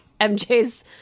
MJ's